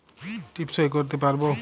টিপ সই করতে পারবো?